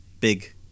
Big